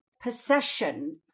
possession